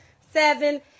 seven